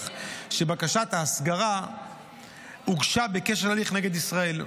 שבקשת ההסגרה הוגשה בקשר להליך נגד ישראל.